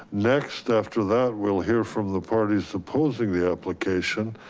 next after that, we'll hear from the parties opposing the application,